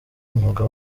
umwuga